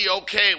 okay